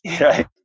right